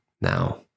Now